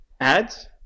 ads